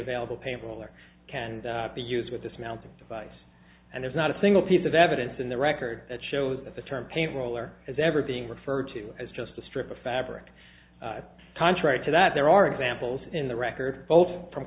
available paper will or can be used with this mounting device and there's not a single piece of evidence in the record that shows that the term paint roller has ever being referred to as just a strip of fabric contrary to that there are examples in the record both from